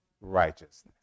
Righteousness